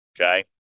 Okay